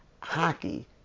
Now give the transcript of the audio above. hockey